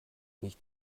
nicht